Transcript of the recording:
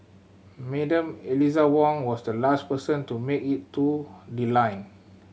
Madam Eliza Wong was the last person to make it to the line